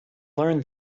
learned